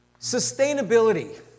sustainability